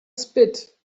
spit